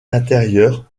intérieur